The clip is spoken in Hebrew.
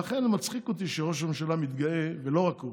לכן מצחיק אותי שראש הממשלה מתגאה, ולא רק הוא,